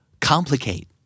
Complicate